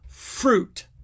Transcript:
fruit